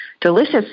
delicious